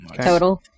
total